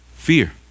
Fear